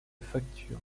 facture